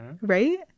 Right